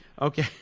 Okay